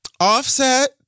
Offset